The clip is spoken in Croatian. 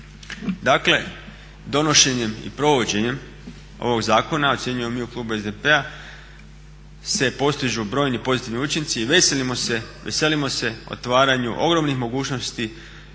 Dakle, donošenjem i provođenjem ovog zakona ocjenjujemo mi u klubu SDP-a se postižu brojni pozitivni učinci i veselimo se otvaranju ogromnih mogućnosti